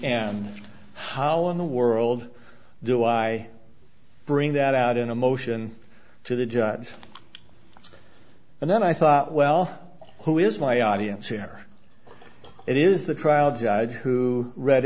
and how in the world do i bring that out in a motion to the judge and then i thought well who is my audience here it is the trial judge who read